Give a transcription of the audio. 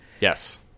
Yes